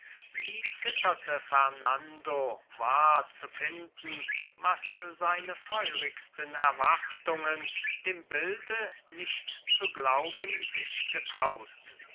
wie zitterte fernando wahr zu finden was seine feurigsten erwartungen dem bilde nicht zu glauben sich getrauten